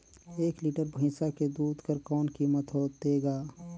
एक लीटर भैंसा के दूध कर कौन कीमत होथे ग?